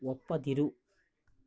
ಒಪ್ಪದಿರು